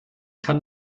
kann